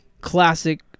classic